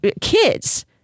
kids